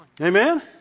Amen